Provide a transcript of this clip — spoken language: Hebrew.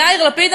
יאיר לפיד,